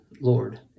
Lord